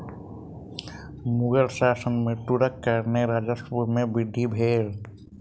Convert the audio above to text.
मुग़ल शासन में तूरक कारणेँ राजस्व में वृद्धि भेल